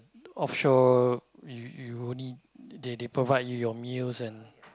offshore you you only they they provide you your meals and